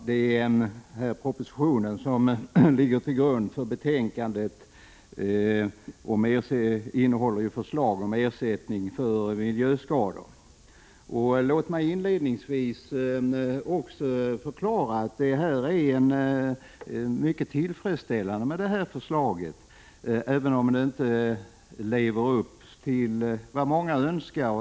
Herr talman! Den proposition som ligger till grund för betänkandet innehåller ju förslag om ersättning för miljöskador. Låt mig inledningsvis förklara att det är mycket tillfredsställande att vi fått detta förslag, även om det inte lever upp till vad många önskar.